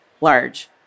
large